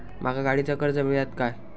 माका गाडीचा कर्ज मिळात काय?